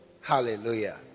Hallelujah